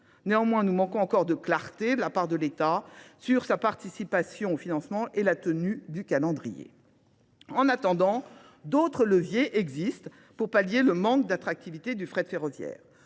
Néanmoins, nous manquons encore de clarté de la part de l'État sur sa participation au financement et la tenue du calendrier. En attendant, d'autres leviers existent pour pallier le manque d'attractivité du fret ferroviaire.